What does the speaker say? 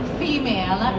female